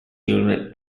unit